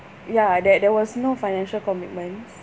ya there there was no financial commitments